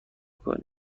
کنی